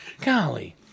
Golly